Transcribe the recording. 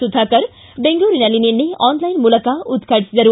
ಸುಧಾಕರ್ ಬೆಂಗಳೂರಿನಲ್ಲಿ ನಿನ್ನೆ ಆನ್ಲೈನ್ ಮೂಲಕ ಉದ್ಘಾಟಿಸಿದರು